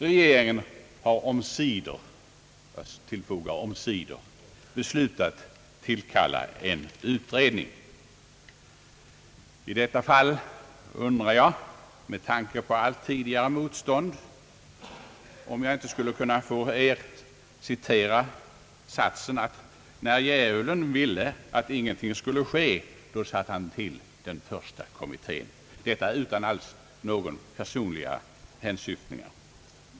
Regeringen har omsider — jag understryker omsider — beslutat tillkalla en utredning. I detta fall undrar jag med tanke på allt tidigare motstånd, om jag inte skulle kunna få citera satsen: »När djävulen ville att ingenting skulle ske, satte han till den första kommittén» — detta sagt utan några personliga hänsyftningar.